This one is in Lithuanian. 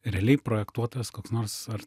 realiai projektuotojas koks nors ar